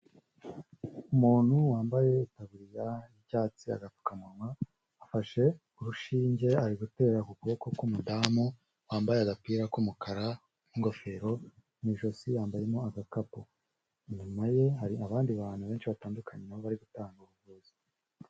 Umuntu wambaye itaburiya y'icyatsi agapfukamunwa afashe urushinge ari gutera ku kuboko k'umudamu wambaye agapira k'umukara n'ingofero mu ijosi yambayemo agakapu inyuma ye hari abandi bantu benshi batandukanye nabo bari gutanga ubuvuzi.